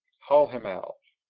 haul him out.